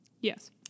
yes